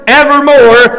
evermore